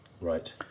Right